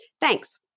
thanks